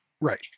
Right